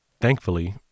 Thankfully